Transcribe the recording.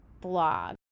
blog